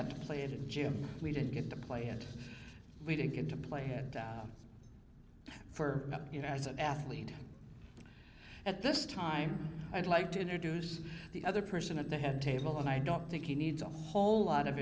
got to play in gym we didn't get to play and we didn't get to play for you know as an athlete at this time i'd like to introduce the other person at the head table and i don't think he needs a whole lot of